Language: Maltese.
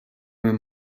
minn